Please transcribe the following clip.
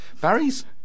Barry's